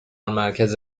مرکز